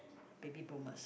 baby boomers